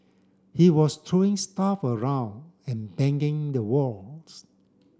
he was throwing stuff around and banging the walls